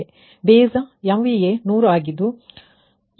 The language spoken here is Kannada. base MVA 100